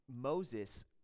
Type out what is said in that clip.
Moses